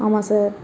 ஆமாம் சார்